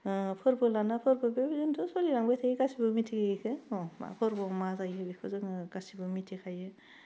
फोरबो लाना फोरबो बेबायदिनोथ' सोलिलांबाय थायो गासिबो मिथियो बेखौ न' फोरबोआव मा जायो बेखौ जोङो गासिबो मिथिखायो